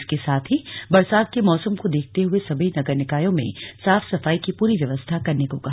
इसके साथ ही बरसात के मौसम को देखते हुए सभी नगर निकायों में साफ सफाई की पूरी व्यवस्था करने को कहा